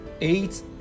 eight